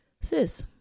sis